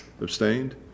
abstained